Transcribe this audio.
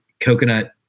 coconut